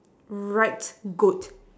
right goat